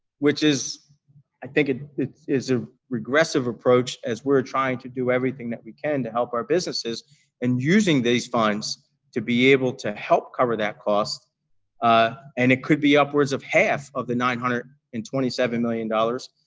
which is i think is a regressive approach as we are trying to do everything that we can to help our businesses and using these funds to be able to help cover that cost ah and it could be upwards of half of the nine hundred and twenty seven million dollars.